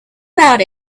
about